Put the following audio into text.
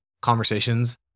conversations